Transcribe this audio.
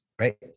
right